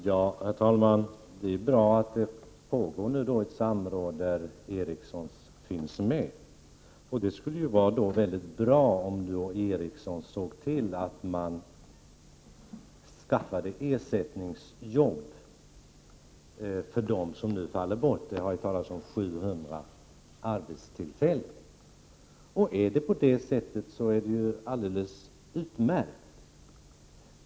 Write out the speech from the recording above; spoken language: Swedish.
Herr talman! Det är ju bra att det pågår ett samråd där Ericsson finns med. Det skulle ju också vara bra om Ericsson såg till att det skaffades ersättningsjobb för dem som nu faller bort — det har talats om 700 arbetstillfällen. Är det på det sättet så är det alldeles utmärkt.